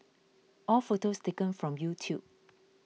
all photos taken from YouTube